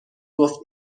گفت